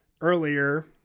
earlier